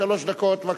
שלוש דקות.